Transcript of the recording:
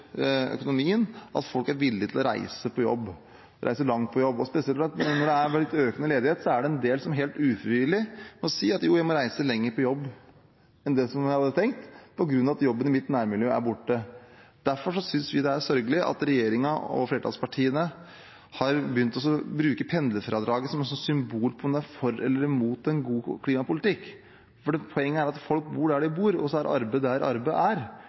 økonomien at folk er villig til å reise på jobb – reise langt på jobb. Spesielt når det er økende ledighet, er det en del som helt ufrivillig må reise lenger på jobb enn det de hadde tenkt, på grunn av at jobbene i nærmiljøet deres er borte. Derfor synes vi det er sørgelig at regjeringen og flertallspartiene har begynt å bruke pendlerfradraget som et symbol på om en er for eller imot en god klimapolitikk. Poenget er at folk bor der de bor, og arbeidet er der arbeidet er,